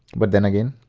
but then again,